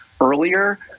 earlier